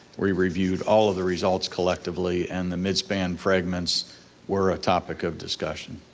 we reviewed all of the results collectively and the midspan fragments were a topic of discussion.